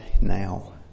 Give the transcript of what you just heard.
Now